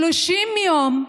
30 יום,